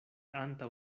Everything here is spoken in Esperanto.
antaŭ